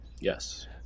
yes